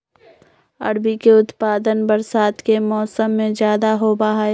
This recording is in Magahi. अरबी के उत्पादन बरसात के मौसम में ज्यादा होबा हई